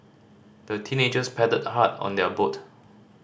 the teenagers paddled hard on their boat